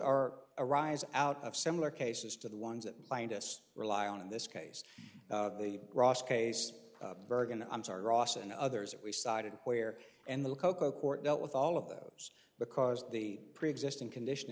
are arising out of similar cases to the ones that bind us rely on in this case the ross case bergen i'm sorry ross and others that we cited where and the cocoa court dealt with all of those because the preexisting condition